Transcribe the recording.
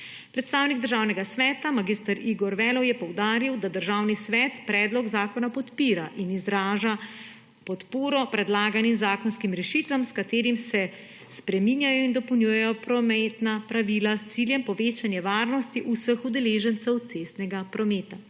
Predstavnik Državnega sveta mag. Igor Velov je poudaril, da Državni svet predlog zakona podpira in izraža podporo predlaganim zakonskim rešitvam, s katerim se spreminjajo in dopolnjujejo prometna pravila z ciljem povečanja varnosti vseh udeležencev cestnega prometa.